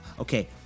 Okay